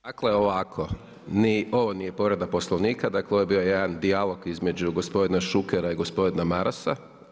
Dakle ovako ni ovo nije povreda Poslovnika, ovo je bio jedan dijalog između gospodina Šukera i gospodina Marasa.